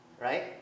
right